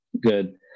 Good